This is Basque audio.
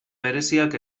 bereziak